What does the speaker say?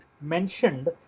mentioned